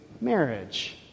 marriage